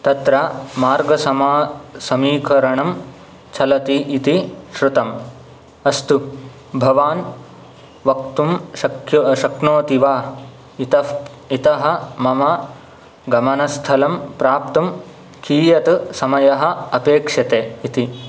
तत्र मार्गसमा समीकरणं चलति इति श्रुतम् अस्तु भवान् वक्तुं शक्य शक्नोति वा इतः प् इतः मम गमनस्थलं प्राप्तुं कीयत् समयः अपेक्षते इति